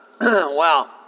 wow